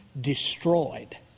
destroyed